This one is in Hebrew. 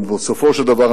אבל בסופו של דבר,